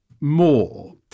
more